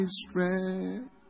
strength